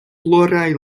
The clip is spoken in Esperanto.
pluraj